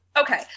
Okay